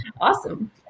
awesome